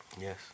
Yes